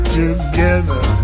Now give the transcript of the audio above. together